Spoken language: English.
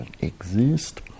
exist